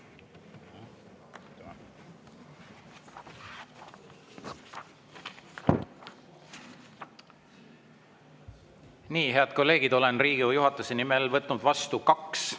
Nii, head kolleegid, olen Riigikogu juhatuse nimel võtnud vastu kaks